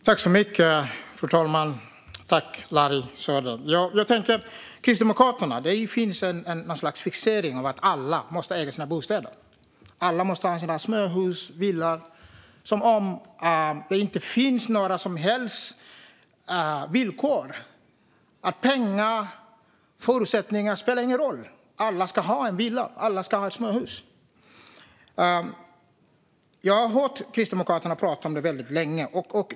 Fru talman! Det finns i Kristdemokraterna någon sorts fixering vid att alla måste äga sina bostäder. Alla måste ha småhus eller villa. Det är som om det inte finns några som helst villkor. Pengar och förutsättningar spelar ingen roll. Alla ska ha villa. Alla ska ha småhus. Jag har hört Kristdemokraterna prata om det länge.